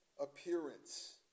appearance